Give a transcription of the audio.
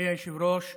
מכובדי היושב-ראש,